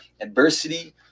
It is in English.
adversity